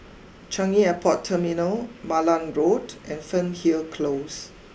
Changi Airport Terminal Malan Road and Fernhill close